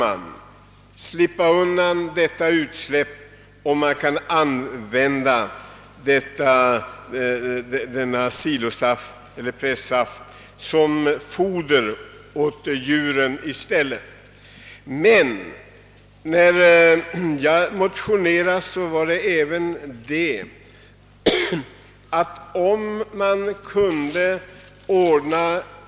Enligt den metod som nu prövas kan man undvika att göra utsläpp, och pressaften kan i stället användas till kreatursfoder.